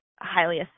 highly